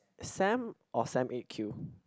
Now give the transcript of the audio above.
Sam or Sam eight queue